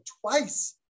twice